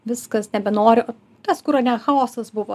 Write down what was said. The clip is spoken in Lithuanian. viskas nebenoriu tas kur ane chaosas buvo